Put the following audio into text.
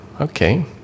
okay